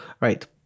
right